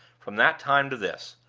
from that time to this.